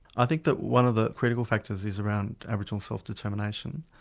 i think that one of the critical factors is around aboriginal self-determination.